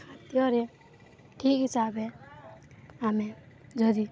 ହାତରେ ଠିକ ହିସାବରେ ଆମେ ଯଦି